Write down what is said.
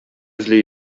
эзли